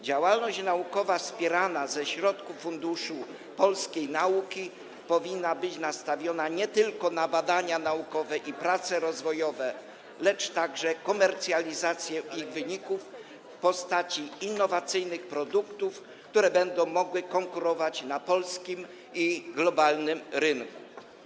Działalność naukowa wspierana ze środków Funduszu Polskiej Nauki powinna być nastawiona nie tylko na badania naukowe i prace rozwojowe, lecz także na komercjalizację ich wyników w postaci innowacyjnych produktów, które będą mogły konkurować na polskim i globalnym rynku.